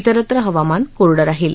विरत्र हवामान कोरडं राहील